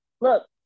look